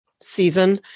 season